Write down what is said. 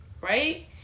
right